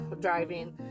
driving